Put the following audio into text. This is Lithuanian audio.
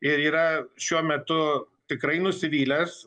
ir yra šiuo metu tikrai nusivylęs